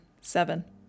Seven